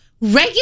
regular